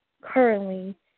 currently